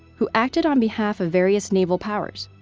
who acted on behalf of various naval powers.